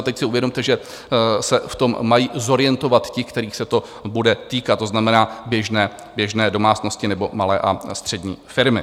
Teď si uvědomte, že se v tom mají zorientovat ti, kterých se to bude týkat, to znamená běžné domácnosti nebo malé a střední firmy.